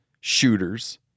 shooters